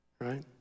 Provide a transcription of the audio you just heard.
right